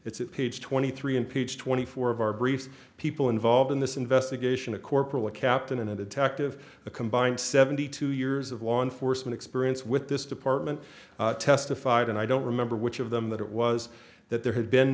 it's at page twenty three impeach twenty four of our briefs people involved in this investigation a corporal a captain and a detective a combined seventy two years of law enforcement experience with this department testified and i don't remember which of them that it was that there had been